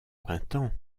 printemps